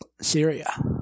Syria